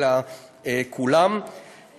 אלא כולם.